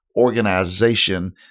organization